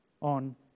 on